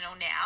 now